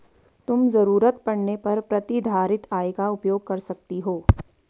तुम ज़रूरत पड़ने पर प्रतिधारित आय का उपयोग कर सकती हो